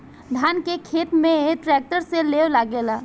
धान के खेत में ट्रैक्टर से लेव लागेला